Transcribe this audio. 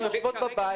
הן יושבות בבית